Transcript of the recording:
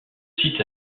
site